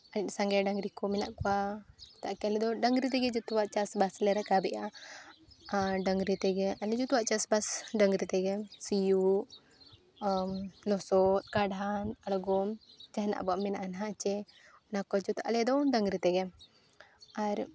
ᱟᱹᱰᱤ ᱥᱟᱸᱜᱮ ᱰᱟᱝᱨᱤ ᱠᱚ ᱢᱮᱱᱟᱜ ᱠᱚᱣᱟ ᱛᱟᱭᱜᱮ ᱟᱞᱮ ᱫᱚ ᱰᱟᱹᱝᱨᱤ ᱛᱮᱜᱮ ᱡᱚᱛᱚᱣᱟᱜ ᱪᱟᱥᱵᱟᱥ ᱞᱮ ᱨᱟᱠᱟᱵᱮᱜᱼᱟ ᱟᱨ ᱰᱟᱝᱨᱤ ᱛᱮᱜᱮ ᱟᱞᱮ ᱡᱚᱛᱚᱣᱟᱜ ᱪᱟᱥᱵᱟᱥ ᱰᱟᱹᱝᱨᱤ ᱛᱮᱜᱮ ᱥᱤᱭᱳᱜ ᱞᱚᱥᱚᱫ ᱠᱟᱲᱦᱟᱱ ᱟᱬᱜᱚᱢ ᱡᱟᱦᱟᱱᱟᱜ ᱟᱵᱚᱣᱟᱜ ᱢᱮᱱᱟᱜᱼᱟ ᱱᱟᱜ ᱡᱮ ᱚᱱᱟ ᱠᱚ ᱡᱚᱛᱚ ᱟᱞᱮ ᱫᱚ ᱰᱟᱝᱨᱤ ᱛᱮᱜᱮ ᱟᱨ